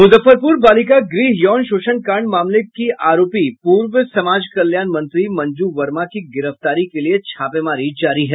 मुजफ्फरपुर बालिका गृह यौन शोषण कांड मामले की आरोपी पूर्व समाज कल्याण मंत्री मंजू वर्मा की गिरफ्तारी के लिये छापेमारी जारी है